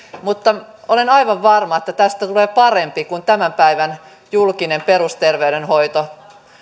mutta olen aivan varma että tästä tulee parempi kuin tämän päivän julkinen perusterveydenhoito